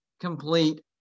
complete